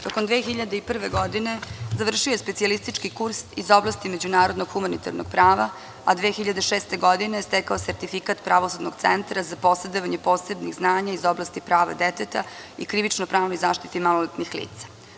Tokom 2001. godine završio je specijalistički kurs iz oblasti međunarodnog humanitarnog prava, a 2006. godine stekao sertifikat Pravosudnog centra za posedovanje posebnih znanja iz oblasti prava deteta i krivično-pravnoj zaštiti maloletnih lica.